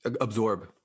absorb